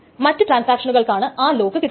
മറ്റു ട്രാൻസാക്ഷനുകൾക്കാണ് ആ ലോക്ക് കിട്ടുന്നത്